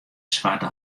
swarte